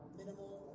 minimal